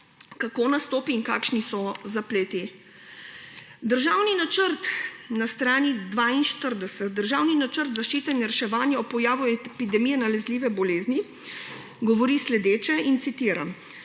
kako nastopi in kakšni so zapleti. Na strani 42 državni načrt zaščite in reševanja ob pojavu epidemije nalezljive bolezni govori sledeče, citiram: